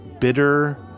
bitter